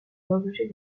l’objet